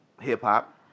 hip-hop